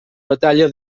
batalla